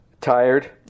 Tired